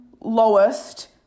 lowest